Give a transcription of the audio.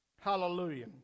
Hallelujah